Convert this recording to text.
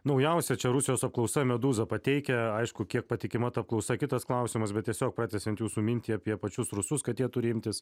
naujausia čia rusijos apklausa medūza pateikia aišku kiek patikima ta apklausa kitas klausimas bet tiesiog pratęsiant jūsų mintį apie pačius rusus kad jie turi imtis